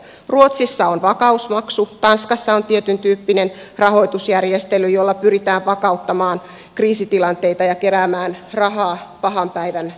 ruotsissa on vakausmaksu tanskassa on tietyntyyppinen rahoitusjärjestely jolla pyritään vakauttamaan kriisitilanteita ja keräämään rahaa pahan päivän varalle